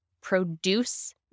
produce